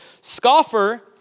scoffer